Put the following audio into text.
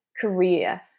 career